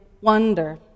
wonder